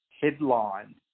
headline